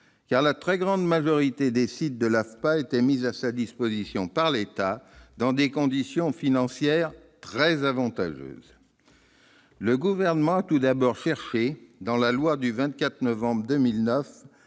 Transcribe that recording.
car la très grande majorité des sites de l'AFPA étaient mis à sa disposition par l'État, dans des conditions financières très avantageuses. Le Gouvernement a tout d'abord cherché, dans la loi du 24 novembre 2009,